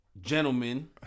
gentlemen